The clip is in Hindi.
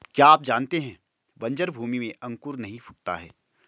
क्या आप जानते है बन्जर भूमि में अंकुर नहीं फूटता है?